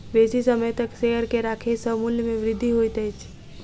बेसी समय तक शेयर के राखै सॅ मूल्य में वृद्धि होइत अछि